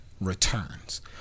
returns